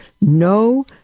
no